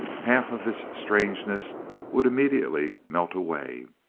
half of his strangeness would immediately melt away.